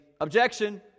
Objection